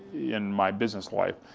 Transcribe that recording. in my business life.